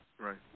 Right